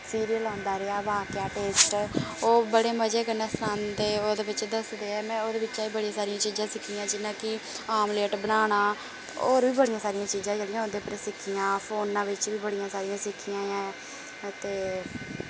serial औंदा रेआ वाह् क्या टेस्ट है ओह् बड़े मजे कन्नै सनांदे ओह्दे बिच्च दस्सदे में ओह्दे बिच्चा बी बड़ियां सारियां चीजां सिक्खियां जि'यां की आमलेट बनाना होर बी बड़ियां सारियां चीजां जेह्ड़ियां उ'दे उप्परा सिक्खियां फोना बिच्च बी बड़ियां सारियां सिक्खियां ते